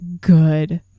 good